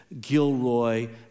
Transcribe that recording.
Gilroy